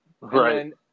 Right